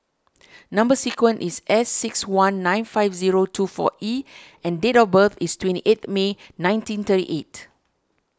Number Sequence is S six one nine five zero two four E and date of birth is twenty eight May nineteen thirty eight